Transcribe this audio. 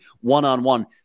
one-on-one